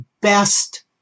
best